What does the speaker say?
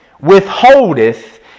withholdeth